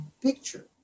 picture